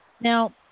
Now